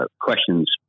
questions